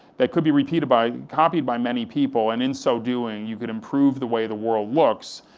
that could be repeated by, copied by many people, and in so doing, you could improve the way the world looks,